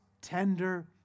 Tender